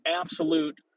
absolute